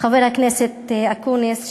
חבר הכנסת אקוניס,